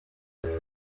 behind